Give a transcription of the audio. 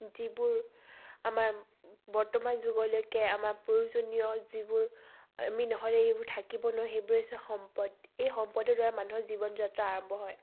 যিবোৰ আমাৰ বৰ্তমান যুগলৈকে আমাৰ প্ৰয়োজনীয় যিবোৰ আমি নহ'লে সেইবোৰ থাকিব নোৱাৰোঁ সেইবোৰেই হৈছে সম্পদ এই সম্পদৰ দ্বাৰা মানুহৰ জীৱন যাত্ৰা আৰম্ভ হয়